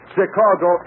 Chicago